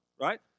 right